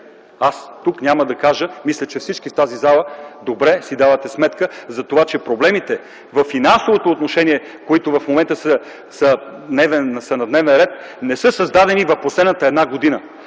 Тук няма да дам отговор. Мисля, че всички в тази зала добре си давате сметка, че проблемите във финансово отношение, които в момента са на дневен ред, не са създадени през последната една година,